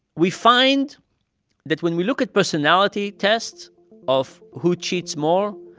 we find that when we look at personality tests of who cheats more,